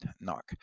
Knock